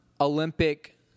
Olympic